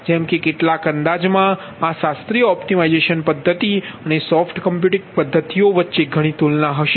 જેમ કે કેટલાક અંદાજમાં આ શાસ્ત્રીય ઓપ્ટિમાઇઝેશન પદ્ધતિ અને સોફ્ટ કમ્પ્યુટિંગ પદ્ધતિઓ વચ્ચે ઘણી તુલના હશે